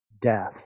death